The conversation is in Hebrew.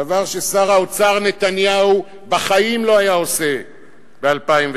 דבר ששר האוצר נתניהו בחיים לא היה עושה ב-2003.